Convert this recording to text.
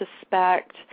suspect